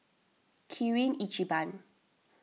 Kirin Ichiban